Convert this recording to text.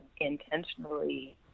intentionally